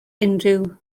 unrhyw